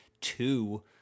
two